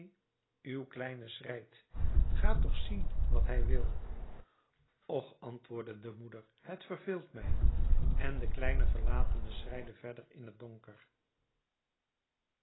uw kleine schreit ga toch zien wat hij wil och antwoordde de moeder het verveelt mij en de kleine verlatene schreide verder in het donker